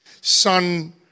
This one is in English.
son